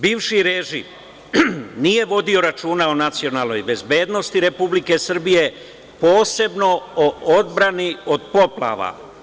Bivši režim nije vodio računa o nacionalnoj bezbednosti Republike Srbije, posebno o odbrani od poplava.